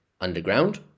underground